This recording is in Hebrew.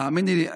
האמיני לי,